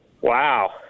Wow